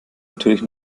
natürlich